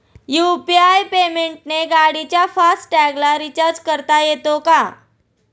UPI पेमेंटने गाडीच्या fast टॅगला रिर्चाज करता येते का?